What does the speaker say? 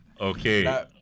Okay